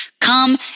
come